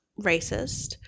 racist